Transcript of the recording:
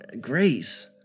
grace